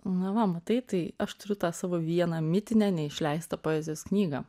na va matai tai aš turiu tą savo vieną mitinę neišleistą poezijos knygą